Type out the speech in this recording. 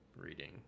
reading